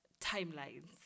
timelines